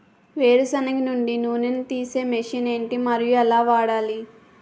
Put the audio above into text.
వేరు సెనగ నుండి నూనె నీ తీసే మెషిన్ ఏంటి? మరియు ఎలా వాడాలి?